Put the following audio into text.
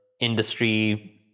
industry